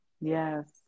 Yes